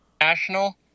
National